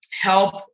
help